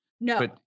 no